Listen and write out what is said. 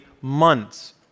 months